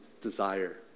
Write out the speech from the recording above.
desire